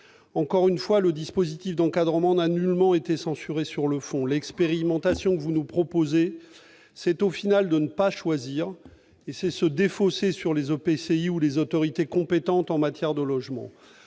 Encore une fois, le dispositif d'encadrement n'a nullement été censuré sur le fond. L'expérimentation que vous nous proposez revient, au final, à ne pas choisir et à se défausser sur les EPCI ou sur les autorités compétentes en matière de logement.